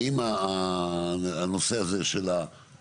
האם הנושא הזה של הפיצוי,